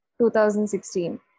2016